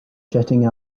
jetting